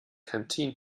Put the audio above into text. canteen